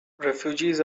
refugees